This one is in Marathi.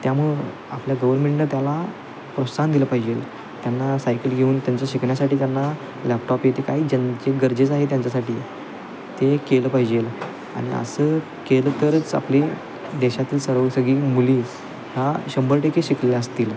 त्यामुळं आपल्या गव्हर्मेंटनं त्याला प्रोत्साहन दिलं पाहिजेल त्यांना सायकल घेऊन त्यांचं शिकण्यासाठी त्यांना लॅपटॉप येते काही ज्यां जे गरजेच आहे त्यांच्यासाठी ते केलं पाहिजेल आणि असं केलं तरच आपली देशातील सर्व सगळी मुली हा शंभर टक्के शिकल्या असतील